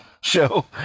show